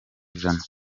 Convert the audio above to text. ijana